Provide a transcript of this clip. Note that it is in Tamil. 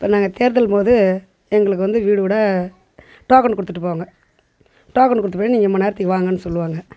இப்போ நாங்கள் தேர்தலும்போது எங்களுக்கு வந்து வீடு வீடாக டோக்கன் கொடுத்துட்டு போவாங்க டோக்கன் கொடுத்துட்டு போய் நீங்கள் இம்மா நேரத்துக்கு வாங்கன்னு சொல்லுவாங்க